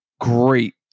great